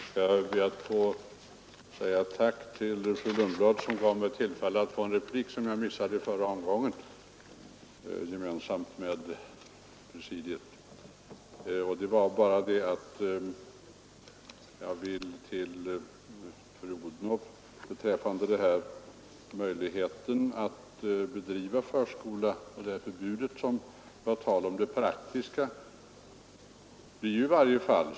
Herr talman! Jag ber att få tacka fru Lundblad för att hon genom att apostrofera mig gav mig tillfälle till en replik som jag tillsammans med presidiet missade i förra omgången. Jag vill bara ställa en fråga till fru Odhnoff om förbudet att driva enskilda förskolor, som det ju har varit tal om.